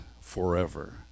forever